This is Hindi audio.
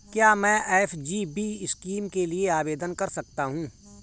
क्या मैं एस.जी.बी स्कीम के लिए आवेदन कर सकता हूँ?